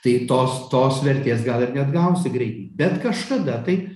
tai tos tos vertės gal ir neatgausi greitai bet kažkada tai